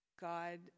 God